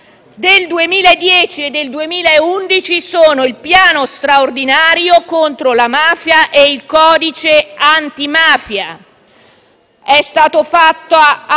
Del 2010 e del 2011 sono il piano straordinario contro la mafia e il codice antimafia. È stato